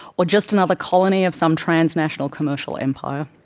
or just another colony of some transnational, commercial empire?